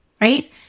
right